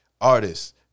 artists